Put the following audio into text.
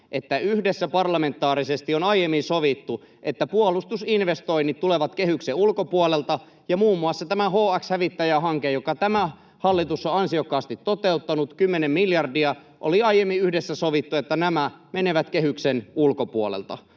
että yhdessä parlamentaarisesti on aiemmin sovittu, että puolustusinvestoinnit tulevat kehyksen ulkopuolelta, ja muun muassa tästä HX-hävittäjähankkeesta, jonka tämä hallitus on ansiokkaasti toteuttanut, 10 miljardia, oli aiemmin yhdessä sovittu, että nämä menevät kehyksen ulkopuolelta.